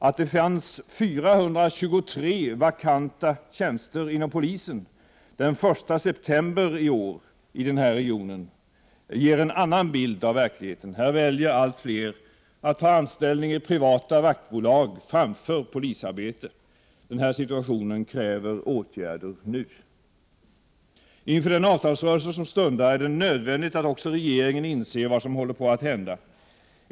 Att det fanns 423 vakanta tjänster inom polisen den 1 september i år i den här regionen ger en annan bild av verkligheten. Här väljer allt fler att ta anställning i privata vaktbolag framför polisarbete. Den situationen kräver åtgärder nu. Inför den avtalsrörelse som stundar är det nödvändigt att också regeringen inser vad som håller på att hända.